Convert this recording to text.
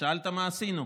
שאלת מה עשינו.